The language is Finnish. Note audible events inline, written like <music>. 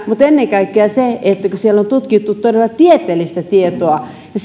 mutta ennen kaikkea siltä kannalta että kun siellä on tutkittu todella tieteellistä tietoa niin <unintelligible>